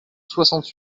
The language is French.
soixante